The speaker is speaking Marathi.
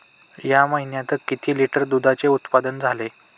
या महीन्यात किती लिटर दुधाचे उत्पादन झाले?